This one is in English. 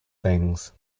things